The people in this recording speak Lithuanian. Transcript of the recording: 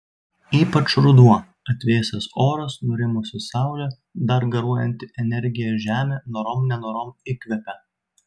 ypač ruduo atvėsęs oras nurimusi saulė dar garuojanti energija žemė norom nenorom įkvepia